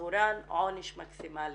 עבורן עונש מקסימלי.